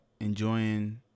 enjoying